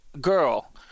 girl